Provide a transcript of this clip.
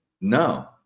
no